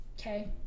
okay